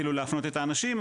כאילו להפנות את האנשים,